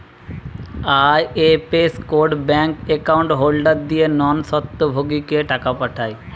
IFS code bank account holder দিয়ে non স্বত্বভোগীকে টাকা পাঠায়